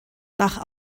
nach